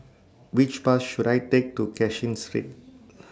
Which Bus should I Take to Cashin Street